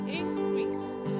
increase